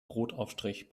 brotaufstrich